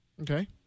Okay